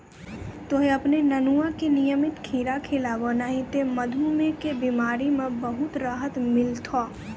तोहॅ आपनो नुनुआ का नियमित खीरा खिलैभो नी त मधुमेह के बिमारी म बहुत राहत मिलथौं